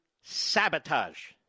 sabotage